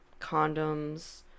condoms